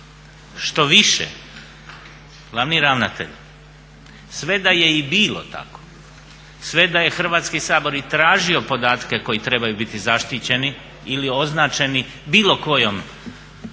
Štoviše glavni ravnatelj sve da je i bilo tako, sve da je Hrvatski sabor i tražio podatke koji trebaju biti zaštićeni ili označeni bilo kojim